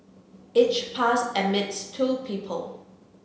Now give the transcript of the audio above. each pass admits two people